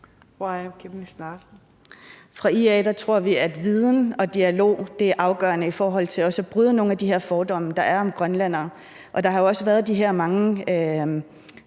side tror vi, at viden og dialog er afgørende i forhold til også at bryde nogle af de her fordomme, der er om grønlændere. Der har jo også været de her mange